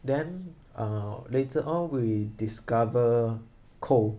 then uh later on we discover coal